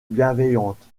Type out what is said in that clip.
bienveillante